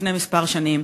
לפני כמה שנים.